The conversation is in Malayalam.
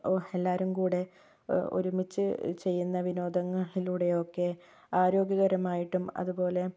എല്ലാവരും കൂടി ഒരുമിച്ച് ചെയ്യുന്ന വിനോദങ്ങളിലൂടെയൊക്കെ ആരോഗ്യകരമായിട്ടും അതുപോലെ